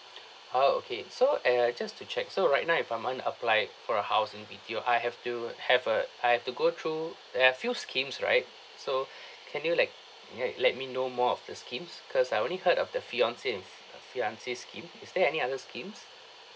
oh okay so and just to check so right now if I'm unapplied for a house in B_T_O I have to have uh I have to go through there are few schemes right so can you like you know let me know more of the schemes cause I only heard of the fiance and f~ fiancee scheme is there any other schemes